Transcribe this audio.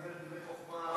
דיבר דברי חוכמה,